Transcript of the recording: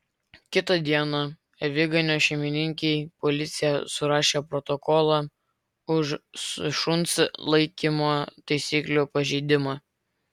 kitą dieną aviganio šeimininkei policija surašė protokolą už šuns laikymo taisyklių pažeidimą